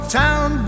town